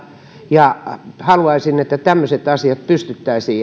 ja haluaisin että tämmöiset asiat pystyttäisiin